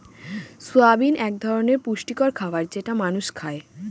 soybean এক ধরনের পুষ্টিকর খাবার যেটা মানুষ খায়